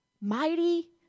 Mighty